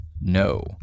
No